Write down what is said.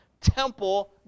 Temple